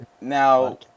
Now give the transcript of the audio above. Now